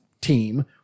team